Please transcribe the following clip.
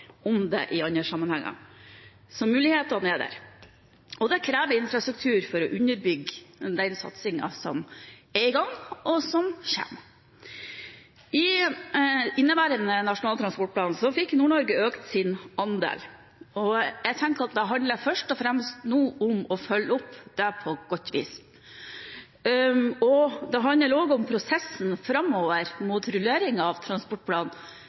om det i andre sammenhenger. Så mulighetene er der. Det kreves infrastruktur for å underbygge den satsingen som er i gang, og den satsingen som kommer. I inneværende Nasjonal transportplan fikk Nord-Norge økt sin andel. Jeg tenker at det nå først og fremst handler om å følge opp dette på et godt vis. Det handler også om prosessen framover mot rulleringen av transportplanen: